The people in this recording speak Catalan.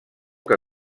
que